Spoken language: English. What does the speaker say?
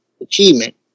achievement